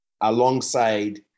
alongside